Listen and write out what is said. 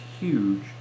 huge